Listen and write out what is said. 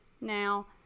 now